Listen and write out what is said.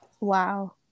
Wow